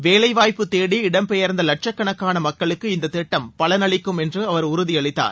வேலைவாய்ப்பு தேடி இடம் பெயர்ந்த லட்சக்கணக்கான மக்களுக்கு இந்த திட்டம் பலனளிக்கும் என்று அவர் உறுதியளித்தார்